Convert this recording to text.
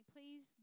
Please